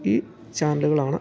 ഈ ചാനലുകളാണ്